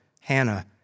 Hannah